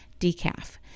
decaf